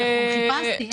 חיפשתי.